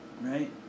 right